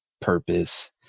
purpose